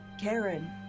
Karen